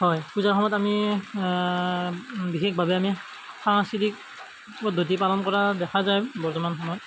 হয় পূজাৰ সময়ত আমি বিশেষভাৱে আমি সাংস্কৃতিক পদ্ধতি পালন কৰা দেখা যায় বৰ্তমান সময়ত